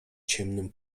ciemnym